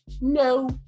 No